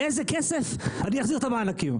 מאיזה כסף אני אחזיר את המענקים?